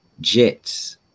Jets